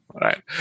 right